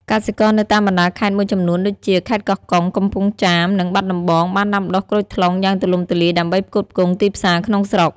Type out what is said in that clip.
កសិករនៅតាមបណ្ដាខេត្តមួយចំនួនដូចជា ខេត្តកោះកុង កំពង់ចាម និងបាត់ដំបងបានដាំដុះក្រូចថ្លុងយ៉ាងទូលំទូលាយដើម្បីផ្គត់ផ្គង់ទីផ្សារក្នុងស្រុក។